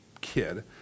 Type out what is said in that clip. kid